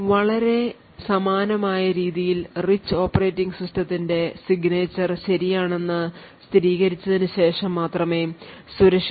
വളരെ സമാനമായ രീതിയിൽ rich ഓപ്പറേറ്റിംഗ് സിസ്റ്റത്തിന്റെ signature ശരിയാണെന്ന് സ്ഥിരീകരിച്ചതിനുശേഷം മാത്രമേ സുരക്ഷിത ഒ